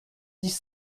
dix